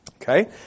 Okay